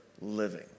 living